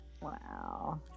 Wow